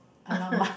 !alamak!